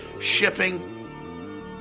shipping